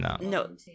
No